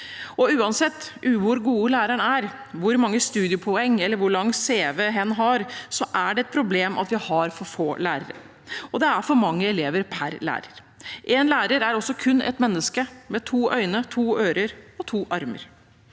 Uansett hvor god læreren er, hvor mange studiepoeng eller hvor lang cv hen har, er det et problem at vi har for få lærere, og det er for mange elever per lærer. En lærer er også kun et menneske med to øyne, to ører og to armer.